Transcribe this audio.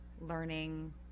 learning